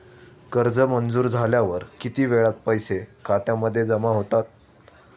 कर्ज मंजूर झाल्यावर किती वेळात पैसे खात्यामध्ये जमा होतात?